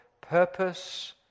purpose